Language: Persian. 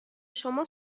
شما